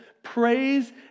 Praise